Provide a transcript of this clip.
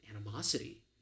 animosity